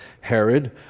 Herod